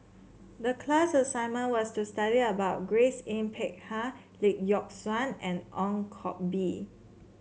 the class assignment was to study about Grace Yin Peck Ha Lee Yock Suan and Ong Koh Bee